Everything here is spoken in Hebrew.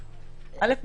אל"ף,